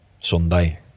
Sunday